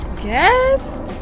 guest